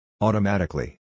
Automatically